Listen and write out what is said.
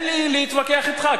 אין לי מה להתווכח אתך,